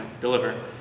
deliver